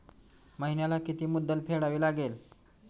महिन्याला किती मुद्दल फेडावी लागेल?